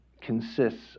consists